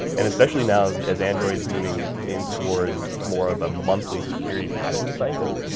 and especially now as as android's moving in towards more of a monthly security patching cycle.